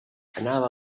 anava